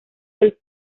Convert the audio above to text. del